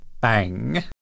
Bang